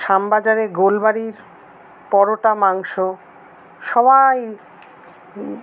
শ্যামবাজারে গোলবাড়ির পরোটা মাংস সবাই